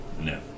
No